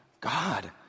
God